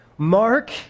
Mark